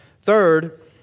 Third